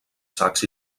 sacs